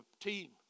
team